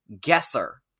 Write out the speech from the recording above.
guesser